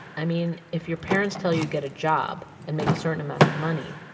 i mean, if your parents tell you to get a job and make a certain amount of money,